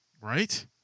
right